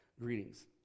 greetings